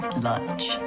lunch